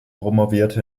promovierte